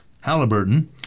Halliburton